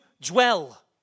dwell